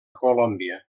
colòmbia